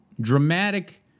dramatic